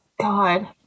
God